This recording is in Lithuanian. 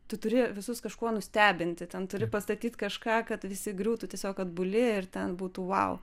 tu turi visus kažkuo nustebinti ten turi pastatyt kažką kad visi griūtų tiesiog atbuli ir ten būtų vau